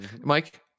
Mike